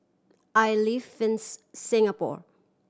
I live in Singapore